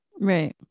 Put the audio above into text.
Right